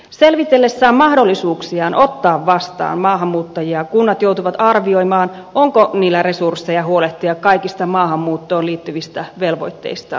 selvitellessään mahdollisuuksiaan ottaa vastaan maahanmuuttajia kunnat joutuvat arvioimaan onko niillä resursseja huolehtia kaikis ta maahanmuuttoon liittyvistä velvoitteistaan